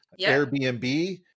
Airbnb